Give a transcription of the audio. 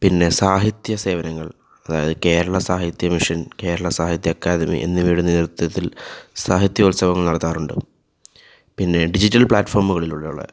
പിന്നെ സാഹിത്യ സേവനങ്ങൾ അതായത് കേരള സാഹിത്യ മിഷൻ കേരള സാഹിത്യ അക്കാദമി എന്നിവയുടെ നേതൃത്വത്തിൽ സാഹിത്യോത്സവം നടത്താറുണ്ട് പിന്നെ ഡിജിറ്റൽ പ്ലാറ്റ്ഫോമുകളിലൂടെയുള്ള